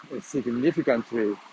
significantly